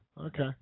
okay